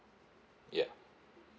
ya